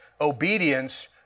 obedience